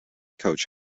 coach